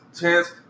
chance